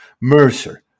Mercer